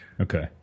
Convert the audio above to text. Okay